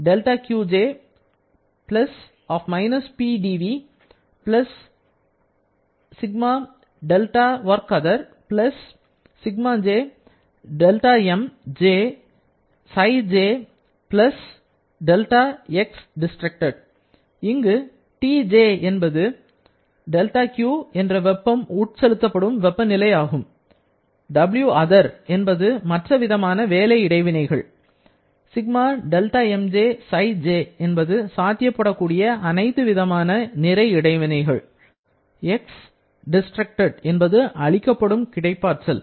இங்கு Tj என்பது δQ என்ற வெப்பம் உட்செலுத்தப்படும் வெப்பநிலை ஆகும் Wother என்பது மற்ற விதமான வேலை இடைவினைகள் Σδmjψj என்பது சாத்தியப்படக் கூடிய அனைத்து விதமான நிறை இடைவினைகள் Xdes என்பது அழிக்கப்படும் கிடைப்பாற்றல்